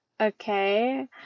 okay